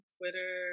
Twitter